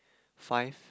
five